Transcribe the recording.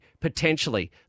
potentially